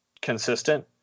consistent